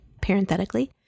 parenthetically